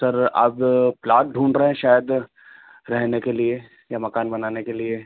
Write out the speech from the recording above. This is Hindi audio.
सर आप प्लॉट ढूंढ रहे हैं शायद रहेने के लिए या मकान बनाने के लिए